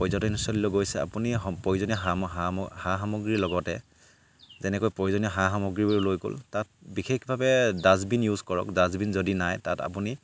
পৰ্যটনস্থলীলৈ গৈছে আপুনি প্ৰয়োজনীয় সাম সা সামগ্ৰীৰ লগতে যেনেকৈ প্ৰয়োজনীয় সা সামগ্ৰীবোৰ লৈ গ'ল তাত বিশেষভাৱে ডাষ্টবিন ইউজ কৰক ডাষ্টবিন যদি নাই তাত আপুনি